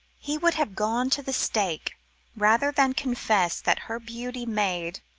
he would have gone to the stake rather than confess that her beauty made,